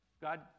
God